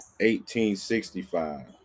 1865